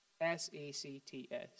S-E-C-T-S